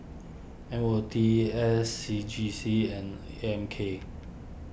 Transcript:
M O T S C G C and A M K